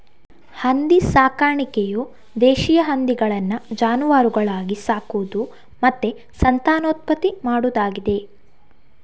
ಹಂದಿ ಸಾಕಾಣಿಕೆಯು ದೇಶೀಯ ಹಂದಿಗಳನ್ನ ಜಾನುವಾರುಗಳಾಗಿ ಸಾಕುದು ಮತ್ತೆ ಸಂತಾನೋತ್ಪತ್ತಿ ಮಾಡುದಾಗಿದೆ